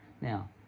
Now